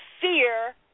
fear